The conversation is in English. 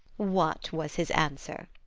what was his answer?